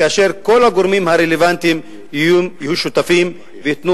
כאשר כל הגורמים הרלוונטיים יהיו שותפים וייתנו